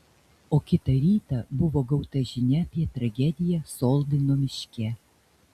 o kitą rytą buvo gauta žinia apie tragediją soldino miške